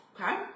okay